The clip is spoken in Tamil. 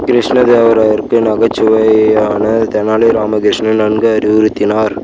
கிருஷ்ணதேவராயருக்கு நகைச்சுவையான தெனாலி ராமகிருஷ்ணன் நன்கு அறிவுறுத்தினார்